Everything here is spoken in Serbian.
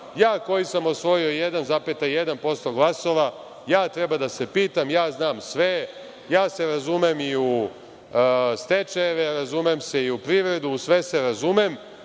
ja koji sam osvojio 1,1% glasova, ja treba da se pitam, ja znam sve, razumem se i u stečajeve, razumem se i u privredu, u sve se razumem,